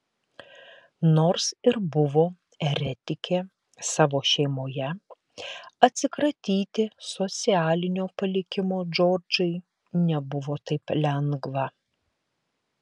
nors ir buvo eretikė savo šeimoje atsikratyti socialinio palikimo džordžai nebuvo taip lengva